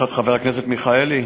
חבר הכנסת מיכאלי,